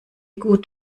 gut